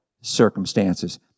circumstances